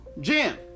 Jim